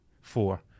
four